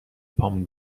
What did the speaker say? پامون